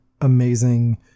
amazing